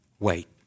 Wait